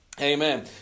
Amen